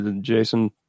Jason